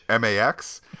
max